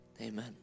Amen